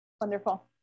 Wonderful